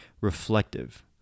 Reflective